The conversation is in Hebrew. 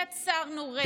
יצרנו רצף,